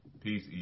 Peace